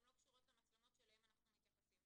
הן לא קשורות למצלמות שאליהן אנחנו מתייחסים.